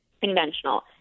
conventional